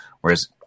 Whereas